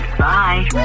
bye